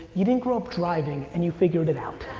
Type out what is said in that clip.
you didn't grow up driving and you figured it out.